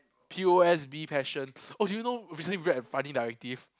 P_O_S_B passion oh did you know recently read a funny narrative